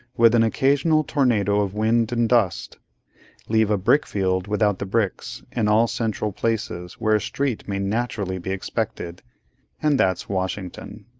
with an occasional tornado of wind and dust leave a brick-field without the bricks, in all central places where a street may naturally be expected and that's washington.